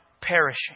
perishing